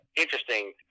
interesting